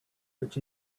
which